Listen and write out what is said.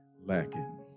lacking